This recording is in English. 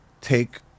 take